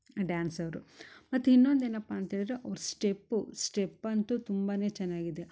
dancer ಮತ್ತೆ ಇನ್ನೊಂದು ಏನಪ್ಪ ಅಂತೇಳಿರೆ ಅವ್ರ ಸ್ಟೆಪು ಸ್ಟೆಪ್ ಅಂತು ತುಂಬಾನೆ ಚೆನ್ನಾಗಿದೆ